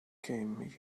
came